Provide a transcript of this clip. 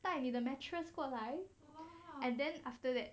带你的 mattress 过来 and then after that